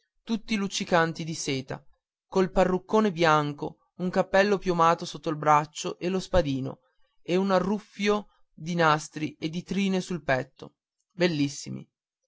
tutti luccicanti di seta col parruccone bianco un cappello piumato sotto il braccio e lo spadino e un arruffio di nastri e di trine sul petto bellissimi